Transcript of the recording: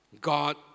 God